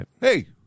Hey